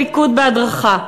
פיקוד והדרכה.